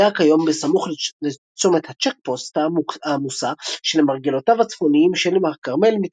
הנובע כיום בסמוך לצומת הצ'ק פוסט העמוסה שלמרגלותיו הצפוניים של הכרמל,